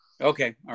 Okay